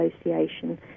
association